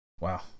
Wow